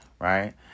Right